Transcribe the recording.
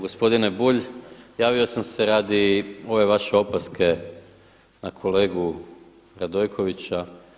Gospodin Bulj javio sam se radi ove vaše opaske na kolegu Radojkovića.